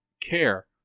care